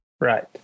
right